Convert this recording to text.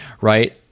right